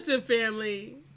family